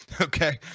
Okay